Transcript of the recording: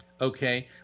Okay